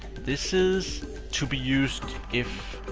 this is to be used if,